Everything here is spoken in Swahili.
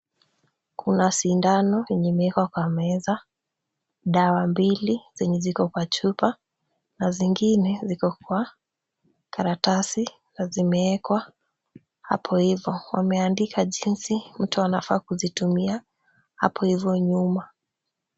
Kuna sindano yenye imewekwa kwa meza, dawa mbili zenye ziko kwa chupa na zingine ziko kwa karatasi na zimeekwa hapo hivo. Wameandika jinsi mtu anafaa kuzitumia hapo hivo nyuma.